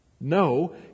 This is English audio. no